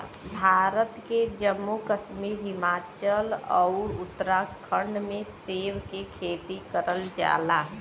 भारत के जम्मू कश्मीर, हिमाचल आउर उत्तराखंड में सेब के खेती करल जाला